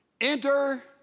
Enter